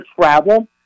travel